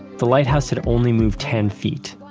the lighthouse had only moved ten feet.